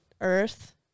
earth